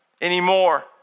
anymore